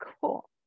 cool